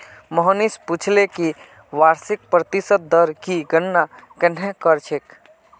मोहनीश पूछले कि वार्षिक प्रतिशत दर की गणना कंहे करछेक